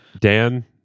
dan